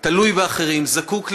תלוי באחרים, זקוק לעזרה.